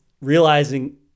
realizing